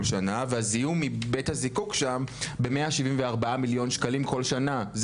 שנה והזיהום מבית הזיקוק שם ב-174 מיליון שקלים כל שנה.